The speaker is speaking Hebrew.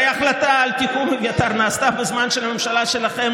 הרי ההחלטה על פינוי אביתר נעשתה בזמן של הממשלה שלכם.